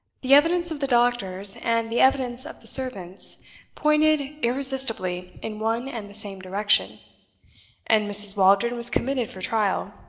the evidence of the doctors and the evidence of the servants pointed irresistibly in one and the same direction and mrs. waldron was committed for trial,